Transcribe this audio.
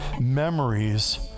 memories